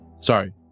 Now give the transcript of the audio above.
Sorry